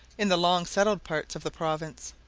in the long-settled parts of the province.